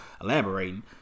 Elaborating